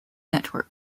network